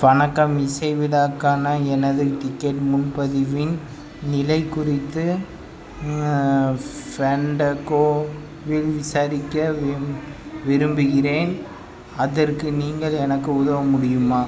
வணக்கம் இசை விழாக்கான எனது டிக்கெட் முன்பதிவின் நிலை குறித்து ஃபேண்டக்கோவில் விசாரிக்க விரும் விரும்புகிறேன் அதற்கு நீங்கள் எனக்கு உதவ முடியுமா